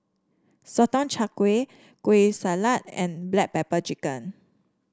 Sotong Char Kway Kueh Salat and Black Pepper Chicken